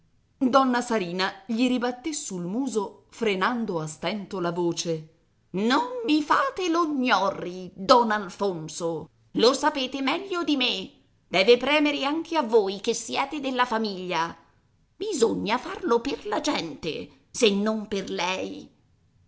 donna sarina gli ribatté sul muso frenando a stento la voce non mi fate lo gnorri don alfonso lo sapete meglio di me deve premere anche a voi che siete della famiglia bisogna farlo per la gente se non per lei